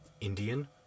Indian